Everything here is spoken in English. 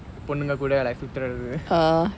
பொன்னுங்க கூட:ponnunga kuda like சுத்துரது:suthurathu